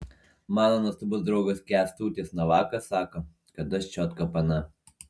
mano nuostabus draugas kęstutis navakas sako kad aš čiotka pana